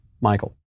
Michael